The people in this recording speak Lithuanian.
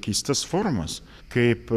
keistas formas kaip